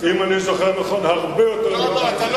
אם אני זוכר נכון, הרבה יותר מפעם